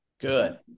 Good